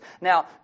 Now